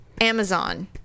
Amazon